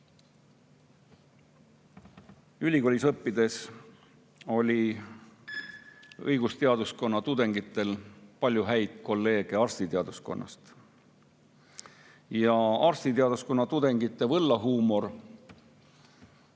ülikoolis õppisin, siis oli õigusteaduskonna tudengitel palju häid kolleege arstiteaduskonnast, ja arstiteaduskonna tudengite võllahuumor